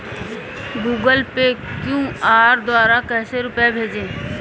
Google Pay QR द्वारा कैसे रूपए भेजें?